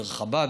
דרך חב"ד.